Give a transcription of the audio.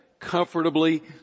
comfortably